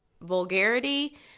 vulgarity